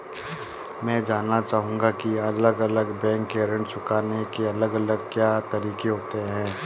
मैं जानना चाहूंगा की अलग अलग बैंक के ऋण चुकाने के अलग अलग क्या तरीके होते हैं?